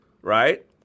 right